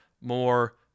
more